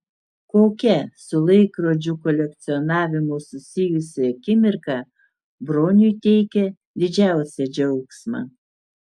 kokia su laikrodžių kolekcionavimu susijusi akimirka broniui teikia didžiausią džiaugsmą